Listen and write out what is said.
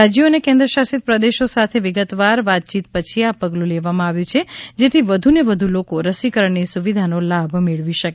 રાજ્યો અને કેન્દ્રશાસિત પ્રદેશો સાથે વિગતવાર વાતચીત પછી આ પગલું લેવામાં આવ્યું છે જેથી વધુને વધુ લોકો રસીકરણની સુવિધાનો લાભ મેળવી શકે